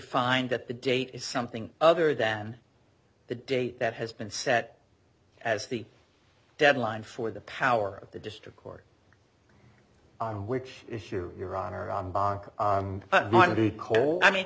find that the date is something other than the date that has been set as the deadline for the power of the district court on which issue your honor might be cold i mean